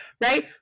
right